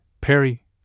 Perry